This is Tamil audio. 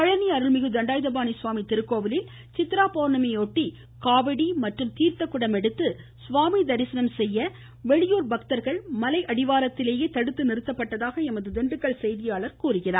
பழனி அருள்மிகு தண்டாயுதபாணி சுவாமி திருக்கோவிலில் சித்ரா பௌர்ணமியையொட்டி காவடி மற்றும் தீர்தக்குடம் எடுத்து சுவாமி தரிசனம் செய்ய வந்த வெளியூர் பக்தர்கள் மலை அடிவாரத்திலேயே தடுத்து நிறுத்தப்பட்டதாக எமது திண்டுக்கல் செய்தியாளர் தெரிவிக்கிறார்